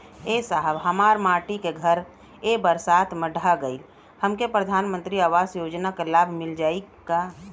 ए साहब हमार माटी क घर ए बरसात मे ढह गईल हमके प्रधानमंत्री आवास योजना क लाभ मिल जाई का?